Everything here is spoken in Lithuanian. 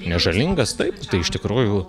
nežalingas taip iš tikrųjų